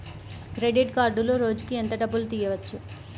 Credit కార్డులో రోజుకు ఎంత డబ్బులు తీయవచ్చు?